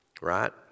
Right